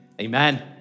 amen